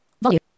Volume